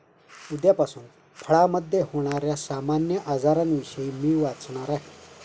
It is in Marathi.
उद्यापासून फळामधे होण्याऱ्या सामान्य आजारांविषयी मी वाचणार आहे